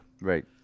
Right